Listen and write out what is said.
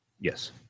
yes